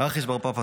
רכיש בר פפא,